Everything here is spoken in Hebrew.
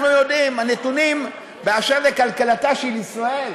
הנתונים על כלכלתה של ישראל,